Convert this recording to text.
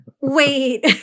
Wait